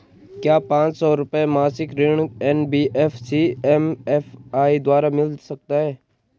क्या पांच सौ रुपए मासिक ऋण एन.बी.एफ.सी एम.एफ.आई द्वारा मिल सकता है?